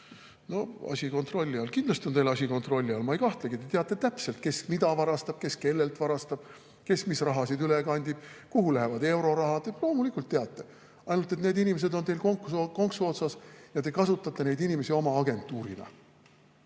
on kontrolli all? Kindlasti on teil asi kontrolli all, ma ei kahtlegi. Te teate täpselt, kes mida varastab, kes kellelt varastab, kes mis rahasid üle kandib, kuhu lähevad eurorahad. Loomulikult teate! Ainult et need inimesed on teil konksu otsas ja te kasutate neid inimesi oma agentuurina.